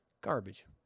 Garbage